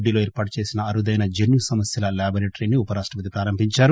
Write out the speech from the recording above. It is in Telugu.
డి లో ఏర్పాటుచేసిన అరుదైన జన్యు సమస్యల లేబరేటరీని ఉప రాష్టపతి ప్రారంభించారు